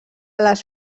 les